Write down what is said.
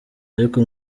ariko